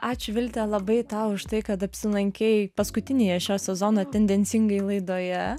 ačiū vilte labai tau už tai kad apsilankei paskutiniąją šio sezono tendencingai laidoje